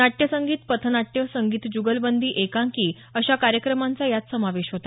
नाट्यसंगीत पथनाट्य संगीत जुगलबंदी एकांकी अशा कार्यक्रमांचा यात समावेश होता